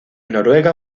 noruega